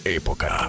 época